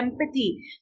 empathy